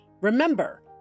Remember